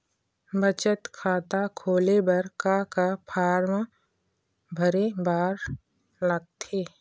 बचत खाता खोले बर का का फॉर्म भरे बार लगथे?